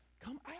Come